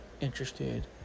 interested